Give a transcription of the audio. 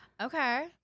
Okay